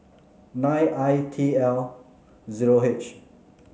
nine I T L zero H